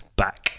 back